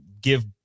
give